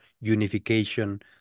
unification